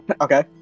Okay